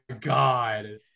God